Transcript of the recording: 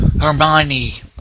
Hermione